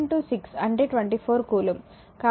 కాబట్టి 4 6 అంటే 24 కూలుంబ్